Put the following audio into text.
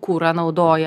kurą naudoja